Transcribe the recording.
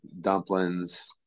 dumplings